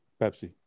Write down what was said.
Pepsi